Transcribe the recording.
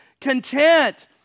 content